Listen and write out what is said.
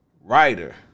writer